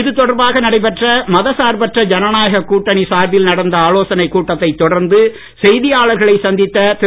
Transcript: இது தொடர்பாக நடைபெற்ற மதசார்பற்ற ஜனநாயக கூட்டணி சார்பில் நடந்த ஆலோசனைக் கூட்டத்தை தொடர்ந்து செய்தியாளர்களை சந்தித்த திரு